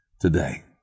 today